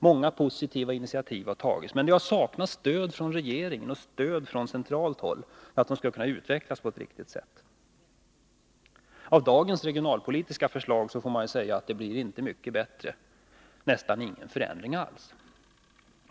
Många positiva initiativ har tagits, men det har saknats stöd från regeringen och stöd från centralt håll för att initiativen skulle kunna utvecklas på ett riktigt sätt. Av dagens regionalpolitiska förslag får man säga att det inte blir mycket bättre, nästan ingen förändring alls.